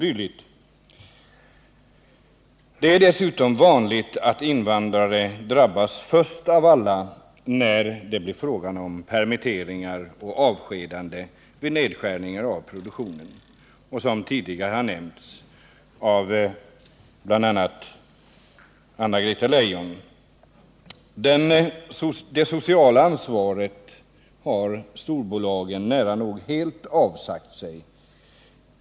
Dessutom är det vanligt att invandrare drabbas först av alla när det blir fråga om permitteringar och avskedanden vid nedskärningar av produktionen, såsom tidigare har nämnts av bl.a. Anna-Greta Leijon. Det sociala ansvaret har storbolagen nära nog helt avsagt sig.